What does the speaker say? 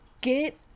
get